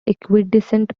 equidistant